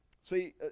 See